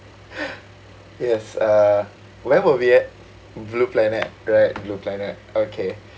yes uh where were we at blue planet right blue planet okay